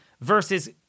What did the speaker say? versus